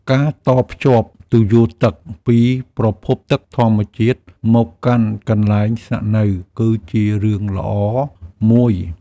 ការតភ្ជាប់ទុយោទឹកពីប្រភពទឹកធម្មជាតិមកកាន់កន្លែងស្នាក់នៅ គឺជារឿងល្អមួយ។